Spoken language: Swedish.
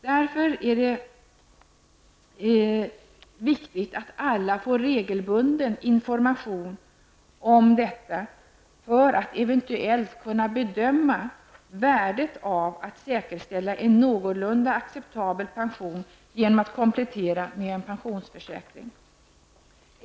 Därför är det viktigt att alla får regelbunden information om detta, för att eventuellt kunna bedöma värdet av att säkerställa en någorlunda acceptabel pension genom att komplettera med en pensionsförsäkring.